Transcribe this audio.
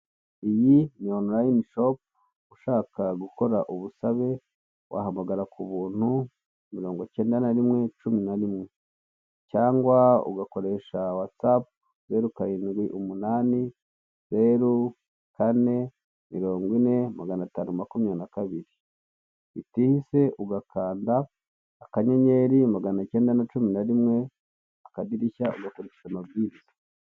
Iyi ni online shopu ushaka gukora ubusabe wahamagara ku ubuntu mirongo Kenda na rimwe cumi na rimwe cyangwa ugakoresha watsapu, zeru karindwi umunani zeru Kane mirongo ine maganatanu makumyabiri na kabiri bitijihise ugakanda akanyenyeri magana Kenda na cumi na rimwe akadirishya ugakurikiza amabwiriza.